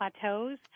plateaus